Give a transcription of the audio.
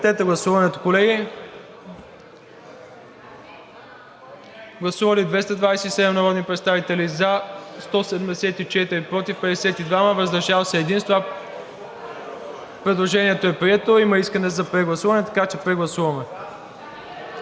предложението е прието. Има искане за прегласуване, така че прегласуваме.